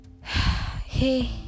Hey